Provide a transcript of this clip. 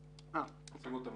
(מצגת).